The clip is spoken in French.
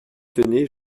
tenez